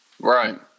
Right